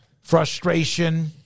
frustration